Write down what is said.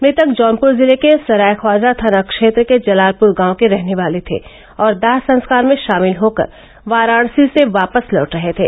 मृतक जौनपुर जिले के सरायख्वाजा थाना क्षेत्र के जलालपुर गांव के रहने वाले थे और दाह संस्कार में शामिल होकर वाराणसी से वापस लौट रहे थे